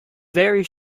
very